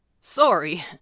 Sorry